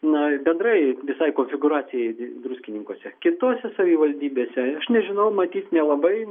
na bendrai visai konfigūracijai druskininkuose kitose savivaldybėse aš nežinau matyt nelabai